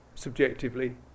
Subjectively